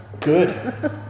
Good